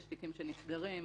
יש תיקים שנסגרים,